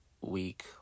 week